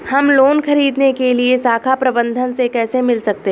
हम लोन ख़रीदने के लिए शाखा प्रबंधक से कैसे मिल सकते हैं?